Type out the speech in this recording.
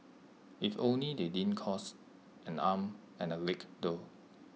if only they didn't cost and arm and A leg though